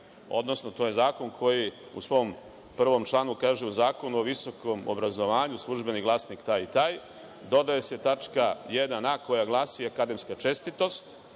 odnosno to je zakon koji u svom prvom članu kaže – u Zakonu o visokom obrazovanju, Službeni Glasnik taj i taj, dodaje se tačka 1, a koja glasi – akademska čestitost.